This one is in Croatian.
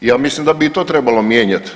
Ja mislim da bi i to trebalo mijenjat.